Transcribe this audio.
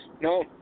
No